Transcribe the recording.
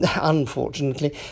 unfortunately